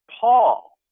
Paul